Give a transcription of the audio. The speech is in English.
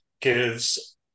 gives